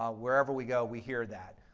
ah wherever we go, we hear that.